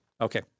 Okay